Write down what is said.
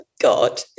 God